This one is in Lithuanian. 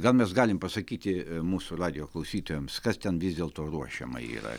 gal mes galim pasakyti mūsų radijo klausytojams kas ten vis dėl to ruošiama yra